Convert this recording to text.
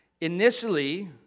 initially